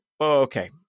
okay